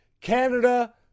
Canada